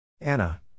Anna